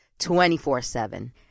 24-7